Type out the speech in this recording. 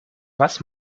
was